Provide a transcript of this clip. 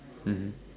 mmhmm